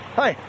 hi